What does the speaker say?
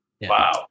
Wow